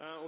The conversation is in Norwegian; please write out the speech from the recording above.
alle